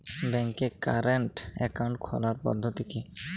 ব্যাংকে current account খোলার পদ্ধতি কি?